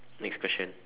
next question